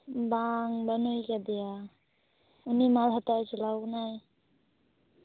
ᱵᱟᱝ ᱵᱟᱱᱩᱭ ᱠᱟᱫᱮᱭᱟ ᱩᱱᱤ ᱢᱟ ᱵᱷᱟᱴᱟᱭ ᱪᱟᱞᱟᱣ ᱠᱟᱱᱟᱭ